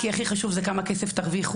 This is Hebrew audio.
כי הכי חשוב זה כמה כסף תרוויחו.